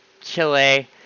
Chile